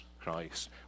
Christ